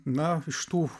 na iš tų